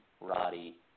Roddy